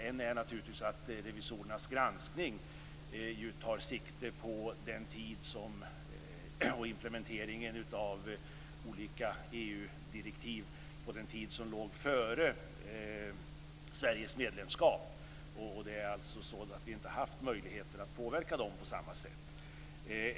En är naturligtvis att revisorernas granskning tar sikte på implementeringen av olika EU-direktiv från den tid som låg före Sveriges medlemskap. Det är alltså så att vi inte har haft möjligheter att påverka dem på samma sätt.